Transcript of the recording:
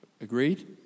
Agreed